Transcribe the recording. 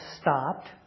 stopped